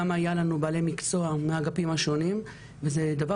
גם היה לנו בעלי מקצוע מהאגפים השונים וזה דבר